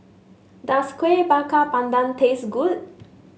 does Kueh Bakar Pandan taste good